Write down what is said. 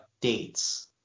dates